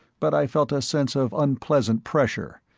but i felt a sense of unpleasant pressure,